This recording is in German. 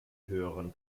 höheren